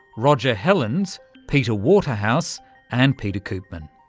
roger hellens, peter waterhouse and peter koopman.